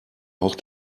auch